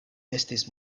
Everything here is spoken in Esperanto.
estis